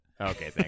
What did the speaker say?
Okay